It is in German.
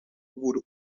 wurde